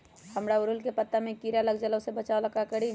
हमरा ओरहुल के पत्ता में किरा लग जाला वो से बचाबे ला का करी?